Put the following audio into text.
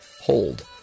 hold